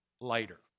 lighter